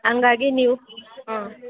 ಹಂಗಾಗಿ ನೀವು ಹಾಂ